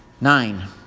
Nine